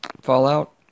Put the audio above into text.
Fallout